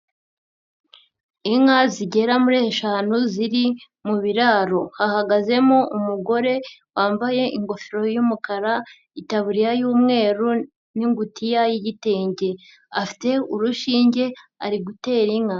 Inka zigera muri eshanu ziri mu biraro, hahagazemo umugore wambaye ingofero y'umukara, itaburiya y'umweru n'ingutiya y'igitenge, afite urushinge ari gutera inka.